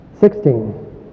Sixteen